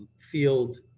field